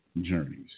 journeys